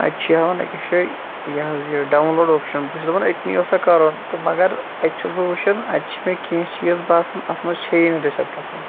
اَتہِ چھُ یہِ ہاون أکِس جایہِ یہِ حظ یہِ ڈاوُن لوڈ اوپشَن بہٕ چھُس دَپان أتۍنٕے اوسا کَرُن تہٕ مگر اَتہِ چھُس بہٕ وٕچھان اَتہِ چھِ مےٚ کیٚنٛہہ چیٖز باسان اَتھ منٛز چھے یی نہٕ رِسٮ۪پٹَس منٛز